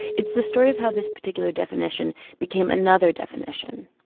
it's the story of how this particular definition became another definition,